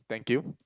thank you